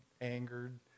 angered